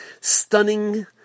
stunning